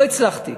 לא הצלחתי,